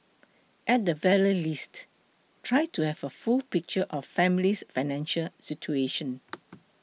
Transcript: at the very least try to have a full picture of family's financial situation